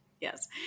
Yes